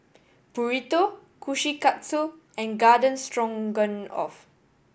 Burrito Kushikatsu and Garden Stroganoff